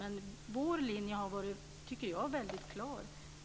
Men vår linje har, tycker jag, varit väldigt klar på den här punkten.